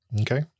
Okay